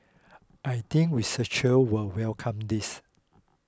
I think researchers will welcome this